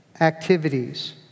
activities